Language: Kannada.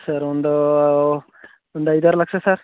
ಸರ್ ಒಂದು ಒಂದು ಐದಾರು ಲಕ್ಷ ಸರ್